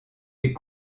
est